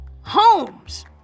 homes